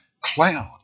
cloud